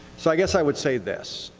so i guess i would say this.